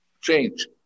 change